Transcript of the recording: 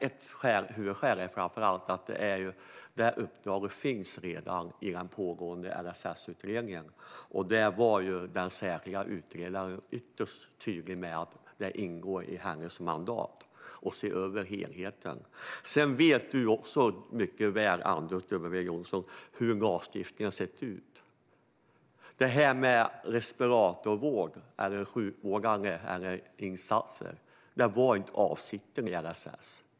Ett huvudskäl är att det uppdraget redan finns i den pågående LSS-utredningen, och den särskilda utredaren var ytterst tydlig med att det ingår i hennes mandat att se över helheten. Sedan vet du också mycket väl, Anders W Jonsson, hur lagstiftningen sett ut. Det här med respiratorvård eller sjukvårdande insatser var inte avsikten med LSS.